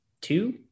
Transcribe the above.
two